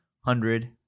hundred